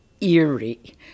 eerie